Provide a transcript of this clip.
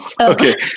okay